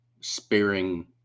sparing